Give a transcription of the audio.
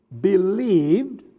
believed